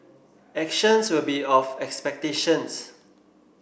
actions will be of expectations